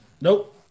Nope